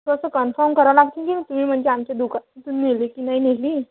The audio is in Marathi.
तसं कन्फर्म करावं लागतं की तुम्ही म्हणजे आमच्या दुकानातून नेली की नाही नेली